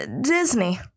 Disney